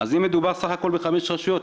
אז אם מדובר בסך הכול בחמש רשויות,